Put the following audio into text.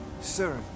Sir